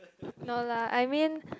no lah I mean